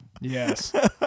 Yes